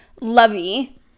Lovey